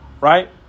right